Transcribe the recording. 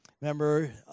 Remember